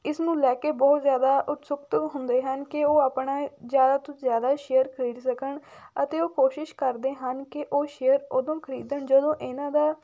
ਇਸਨੂੰ ਲੈ ਕੇ ਬਹੁਤ ਜ਼ਿਆਦਾ ਉਤਸੁਕ ਹੁੰਦੇ ਹਨ ਕਿ ਉਹ ਆਪਣਾ ਜ਼ਿਆਦਾ ਤੋਂ ਜ਼ਿਆਦਾ ਸ਼ੇਅਰ ਖਰੀਦ ਸਕਣ ਅਤੇ ਉਹ ਕੋਸ਼ਿਸ਼ ਕਰਦੇ ਹਨ ਕਿ ਉਹ ਸ਼ੇਅਰ ਉੱਦੋਂ ਖਰੀਦਣ ਜਦੋਂ ਇਹਨਾਂ ਦਾ